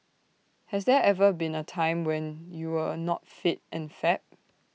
has there ever been A time when you were A not fit and fab